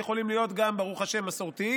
הם יכולים להיות גם ברוך השם מסורתיים,